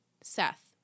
Seth